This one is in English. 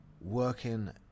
working